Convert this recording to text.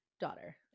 daughter